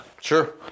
sure